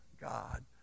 God